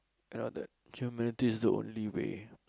you know that humility is the only way